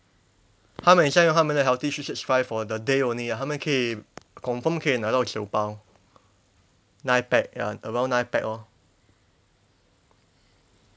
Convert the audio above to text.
他们很像用他们的 healthy three six five for the day only 他们可以 confirm 可以拿到九包 nine pack ya around nine pack lor